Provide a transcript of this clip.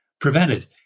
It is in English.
prevented